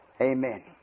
Amen